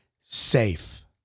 safe